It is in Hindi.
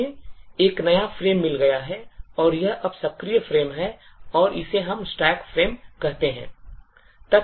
अब हमें एक नया फ्रेम मिल गया है और यह अब सक्रिय फ्रेम है और इसे हम stack फ्रेम कहते हैं